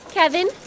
Kevin